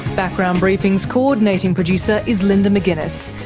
background briefing's co-ordinating producer is linda mcginness,